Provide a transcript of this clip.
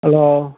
hello